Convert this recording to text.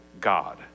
God